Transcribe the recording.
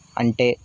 అంటే